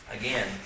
again